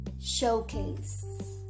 Showcase